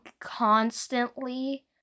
constantly